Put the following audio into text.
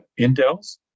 indels